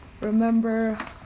remember